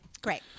Great